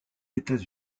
états